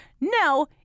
No